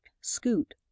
scoot